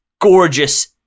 gorgeous